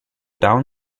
town